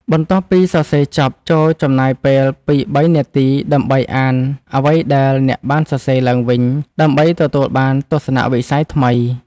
បន្ទាប់ពីសរសេរចប់ ចូរចំណាយពេលពីរបីនាទីដើម្បីអានអ្វីដែលអ្នកបានសរសេរឡើងវិញ ដើម្បីទទួលបានទស្សនវិស័យថ្មី។